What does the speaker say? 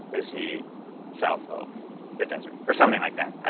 is he south of the desert or something like that,